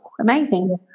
amazing